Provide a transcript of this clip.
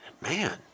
man